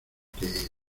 que